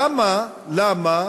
למה, למה